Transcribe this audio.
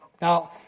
Now